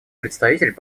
представитель